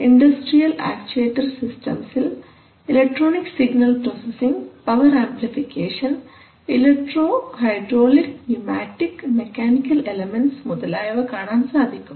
industrial actuator സിസ്റ്റംസിൽ electronic signal processing power amplification electro hydraulic pneumatic mechanical elements മുതലായവ കാണാൻ സാധിക്കും